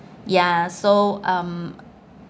ya so um